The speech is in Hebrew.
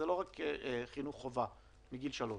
זה לא רק חינוך חובה מגיל שלוש,